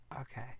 Okay